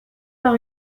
par